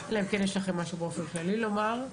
אלא אם יש לכם משהו כללי לומר.